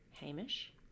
Hamish